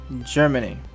germany